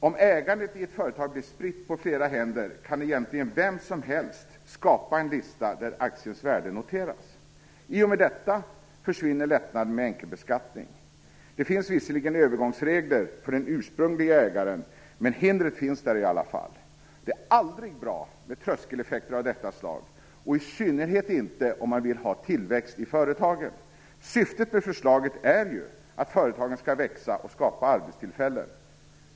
Om ägandet i ett företag blir spritt på flera händer kan egentligen vem som helst skapa en lista där aktiens värde noteras. I och med detta försvinner lättnaden med enkelbeskattning. Det finns visserligen övergångsregler för den ursprunglige ägaren, men hindret finns där i alla fall. Det är aldrig bra med tröskeleffekter av detta slag, och i synnerhet inte om man vill ha tillväxt i företagen. Syftet med förslaget är ju att företagen skall växa och skapa arbetstillfällen.